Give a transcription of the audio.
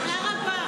תודה רבה.